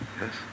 Yes